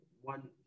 one